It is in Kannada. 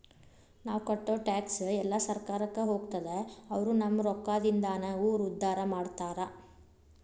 ನಾವ್ ಕಟ್ಟೋ ಟ್ಯಾಕ್ಸ್ ಎಲ್ಲಾ ಸರ್ಕಾರಕ್ಕ ಹೋಗ್ತದ ಅವ್ರು ನಮ್ ರೊಕ್ಕದಿಂದಾನ ಊರ್ ಉದ್ದಾರ ಮಾಡ್ತಾರಾ